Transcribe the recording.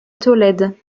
tolède